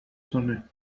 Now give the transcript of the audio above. sonne